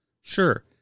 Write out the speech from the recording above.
Sure